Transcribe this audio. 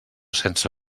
sense